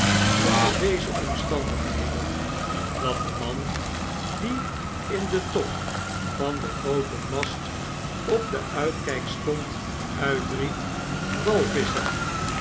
onder deze omstandigbeden datde man die in den top van den grooten mast op den uitkijk stond uitriep walvisschen